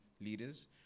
leaders